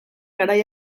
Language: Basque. garai